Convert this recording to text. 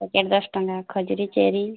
packet ଦଶ ଟଙ୍କା ଖଜୁରୀ ଚେରି